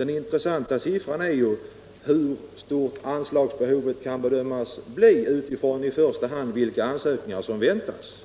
Den intressanta siffran är hur stort anslagsbehovet kan bedömas bli utifrån i första hand vilka ansökningar som väntas.